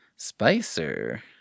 Spicer